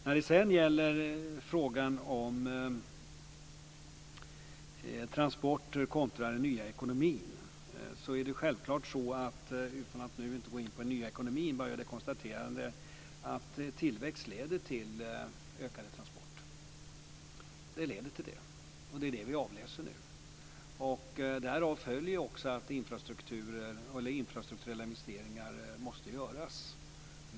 När det sedan gäller frågan om transporter kontra den nya ekonomin kan jag självfallet bara - utan att nu gå in på den nya ekonomin - göra konstaterandet att tillväxt leder till ökade transporter. Det leder till det, och det är det som vi avläser nu. Därav följer också att infrastrukturella investeringar måste göras.